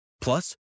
Plus